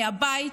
מהבית?